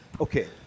Okay